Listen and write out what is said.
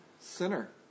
sinner